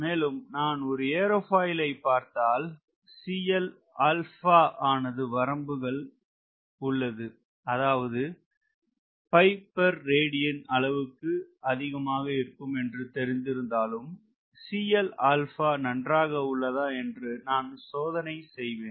மேலும் நான் ஒரு ஏரோபாயிலை பார்த்தால் ஆனது வரம்புகள் உள்ளது அதாவது பை பெர் ரேடியன் அளவுக்கு அதிகமாக இருக்கும் என்று தெரிந்திருந்தாலும் நன்றாக உள்ளதா என்று நான் சோதனை செய்வேன்